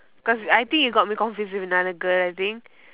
cause I think you got me confused with another girl I think